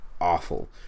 Awful